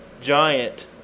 giant